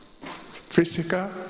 physical